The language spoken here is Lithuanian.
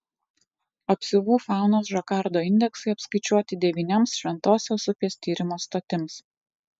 apsiuvų faunos žakardo indeksai apskaičiuoti devynioms šventosios upės tyrimo stotims